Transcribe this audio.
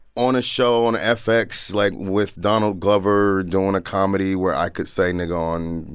on a show on fx, like, with donald glover doing a comedy where i could say nigga on,